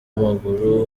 w’amaguru